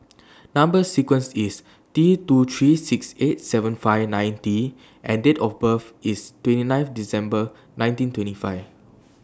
Number sequence IS T two three six eight seven five nine T and Date of birth IS twenty ninth December nineteen twenty five